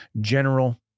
general